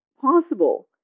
possible